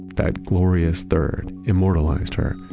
that glorious third, immortalized her,